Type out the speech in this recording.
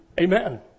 Amen